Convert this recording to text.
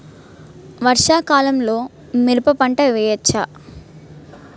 వర్షాకాలంలో మిరప పంట వేయవచ్చా?